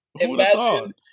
Imagine